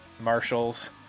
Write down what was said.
Marshalls